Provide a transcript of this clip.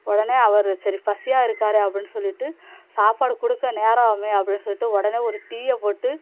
உடனே அவர் சரி பசியாக இருக்காரே அப்படின்னு சொல்லிவிட்டு சாப்பாடு கொடுக்க நேரம் ஆவுமே அப்படின்னு சொல்லிவிட்டு உடனே ஒரு டீயை போட்டு